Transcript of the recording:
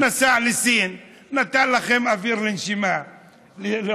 הוא נסע לסין, נתן לכם אוויר לנשימה לעוד,